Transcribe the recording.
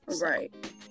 Right